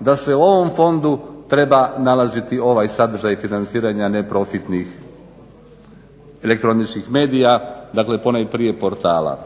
da se ovom fondu treba nalaziti ovaj sadržaj financiranja neprofitnih elektroničkih medija, dakle ponajprije portala.